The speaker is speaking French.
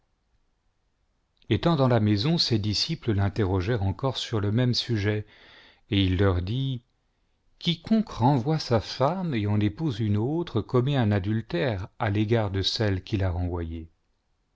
etant dans la maison ses disciples l'interrogèrent encore sur le même sujet et il leur dit quiconque renvoie sa femme et en épouse une autre commet un adultère à l'égard de celle quil a renvoyée